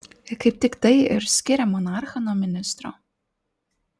kaip tik tai ir skiria monarchą nuo ministro